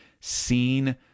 seen